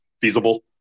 feasible